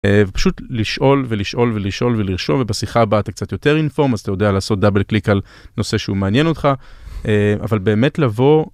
פשוט לשאול ולשאול ולשאול ולרשום ובשיחה הבאה אתה קצת יותר אינפורם אז אתה יודע לעשות דאבל קליק על נושא שהוא מעניין אותך אבל באמת לבוא.